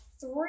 three